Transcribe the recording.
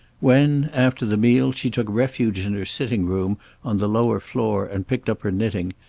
when, after the meal, she took refuge in her sitting-room on the lower floor and picked up her knitting,